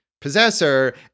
Possessor